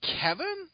Kevin